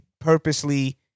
purposely